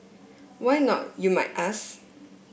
why not you might ask